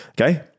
Okay